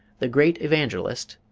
the great evangelist